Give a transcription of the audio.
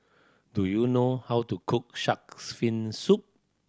do you know how to cook Shark's Fin Soup